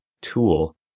tool